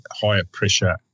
higher-pressure